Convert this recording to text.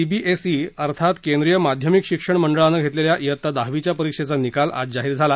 CBSE अर्थात केंद्रीय माध्यमिक शिक्षण मंडळानं घेतलेल्या खित्ता दहावीच्या परीक्षेचा निकाल आज जाहीर झाला